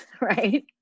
Right